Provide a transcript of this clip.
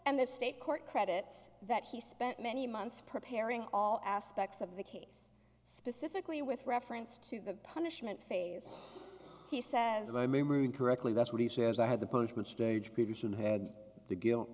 and the state court credits that he spent many months preparing all aspects of the case specifically with reference to the punishment phase he says i'm a marine correctly that's what he says i had the punishment stage peterson had the guilt